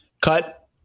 Cut